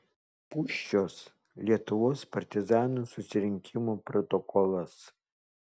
pūščios lietuvos partizanų susirinkimo protokolas